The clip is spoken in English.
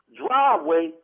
driveway